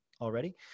already